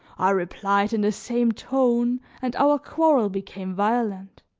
i replied in the same tone, and our quarrel became violent.